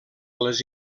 les